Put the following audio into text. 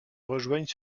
rejoignent